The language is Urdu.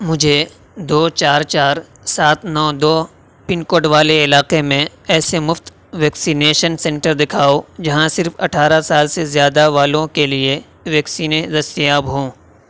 مجھے دو چار چار سات نو دو پن کوڈ والے علاقے میں ایسے مفت ویکسینیشن سینٹر دکھاؤ جہاں صرف اٹھارہ سال سے زیادہ والوں کے لیے ویکسینیں دستیاب ہوں